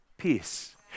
Peace